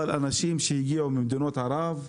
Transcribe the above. אבל אנשים שהגיעו ממדינות ערב,